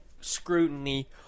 scrutiny